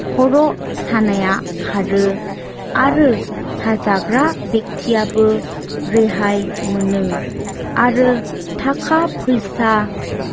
खर' सानाया खारो आरो साजाग्रा बेखथिआबो रेहाय मोनो आरो थाखा फैसा